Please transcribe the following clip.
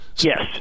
Yes